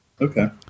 Okay